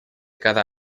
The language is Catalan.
cada